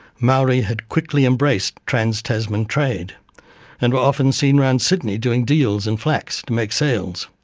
maori had quickly embraced trans-tasman trade and were often seen round sydney doing deals in flax to make sails.